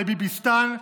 לביביסטן,